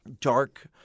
dark